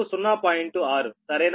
6 సరేనా